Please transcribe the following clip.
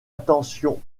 attention